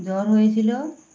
জ্বল হয়েছিল